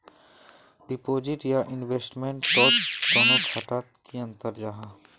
Deposit या investment तोत दोनों डात की अंतर जाहा?